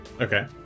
Okay